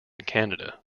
canada